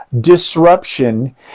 disruption